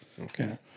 Okay